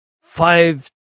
five